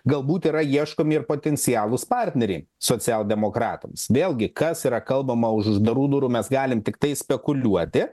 galbūt yra ieškomi ir potencialūs partneriai socialdemokratams vėlgi kas yra kalbama už uždarų durų mes galim tiktai spekuliuoti